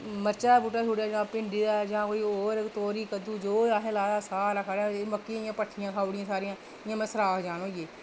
मरचां दा बूह्टा छुड़ेआ जां कोई भिंडी दा जां कोई होर तोरी कद्दूं जो असें लाए दा साग मक्की दियां पट्ठियां खाई ओड़ियां सारियां इयां मतलब कि सुराख जन होई गे